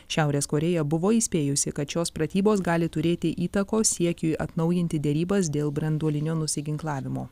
šiaurės korėja buvo įspėjusi kad šios pratybos gali turėti įtakos siekiui atnaujinti derybas dėl branduolinio nusiginklavimo